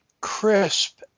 crisp